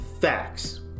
facts